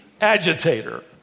agitator